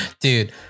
dude